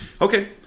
Okay